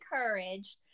encouraged